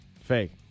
Fake